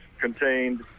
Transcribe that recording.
contained